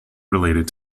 related